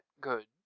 good